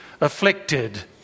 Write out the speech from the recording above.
afflicted